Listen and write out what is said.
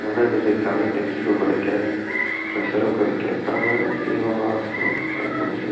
மன நிம்மதிக்காக டென்சனை குறைக்க ப்ரெஸ்சரை குறைக்கறதுக்காக இந்த யோகாசனம் பயன்படுது